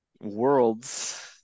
worlds